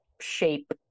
shape